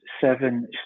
seven